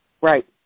Right